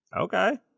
Okay